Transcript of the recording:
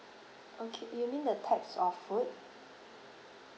okay you mean the types of food